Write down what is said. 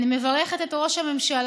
אני מברכת את ראש הממשלה